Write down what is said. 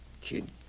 Kid